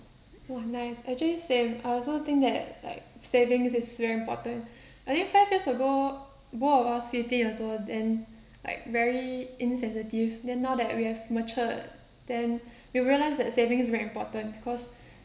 !wah! nice actually same I also think that like savings is very important I think five years ago both of us fifteen years old then like very insensitive then now that we have matured then we realised that savings very important cause